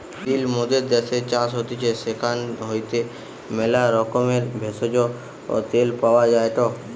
তিল মোদের দ্যাশের চাষ হতিছে সেখান হইতে ম্যালা রকমের ভেষজ, তেল পাওয়া যায়টে